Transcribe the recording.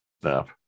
snap